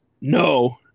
no